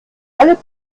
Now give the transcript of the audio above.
alle